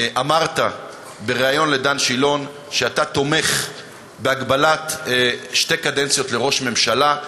אמרת בריאיון לדן שילון שאתה תומך בהגבלת שתי קדנציות לראש ממשלה.